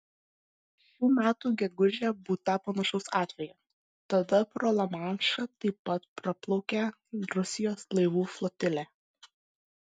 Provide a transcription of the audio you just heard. šių metų gegužę būta panašaus atvejo tada pro lamanšą taip pat praplaukė rusijos laivų flotilė